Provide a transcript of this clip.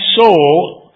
soul